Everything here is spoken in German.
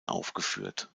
aufgeführt